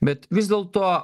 bet vis dėlto